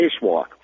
spacewalk